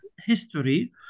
history